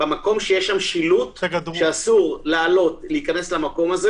במקום שיש שילוט שאסור להיכנס למקום הזה